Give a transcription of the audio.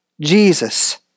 Jesus